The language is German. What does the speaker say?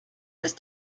ist